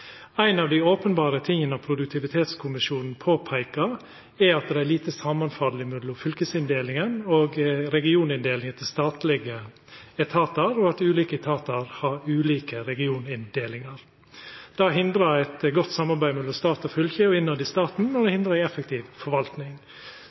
Ein av dei openberre tinga som Produktivitetskommisjonen påpeikar, er at det er lite samanfall mellom fylkesinndelinga og regioninndelinga til statlege etatar, og at ulike etatar har ulike regioninndelingar. Det hindrar eit godt samarbeid mellom stat og fylke og innetter i staten